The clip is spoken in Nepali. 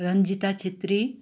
रन्जिता छेत्री